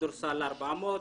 בכדורסל 400,